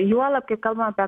juolab kai kalbam apie